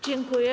Dziękuję.